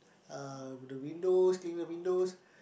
uh the windows clean the windows